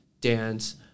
dance